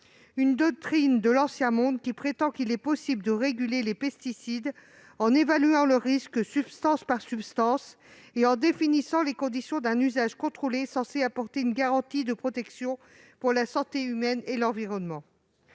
une doctrine de l'ancien monde, qui prétend qu'il est possible de réguler les pesticides, en évaluant le risque substance par substance et en définissant les conditions d'un usage contrôlé, censé apporter une garantie de protection pour la santé humaine et l'environnement.